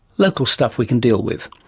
local stuff we can deal with.